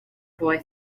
boy